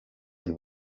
and